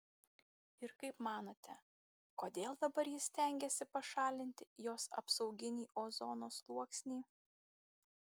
ir kaip manote kodėl dabar jis stengiasi pašalinti jos apsauginį ozono sluoksnį